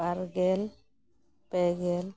ᱵᱟᱨᱜᱮᱞ ᱯᱮᱜᱮᱞ